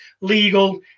legal